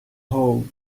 hole